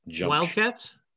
wildcats